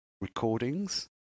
recordings